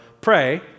pray